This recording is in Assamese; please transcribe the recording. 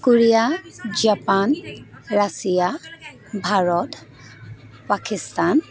Korea Japan Russia Bharat Pakistan